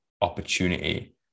opportunity